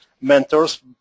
mentors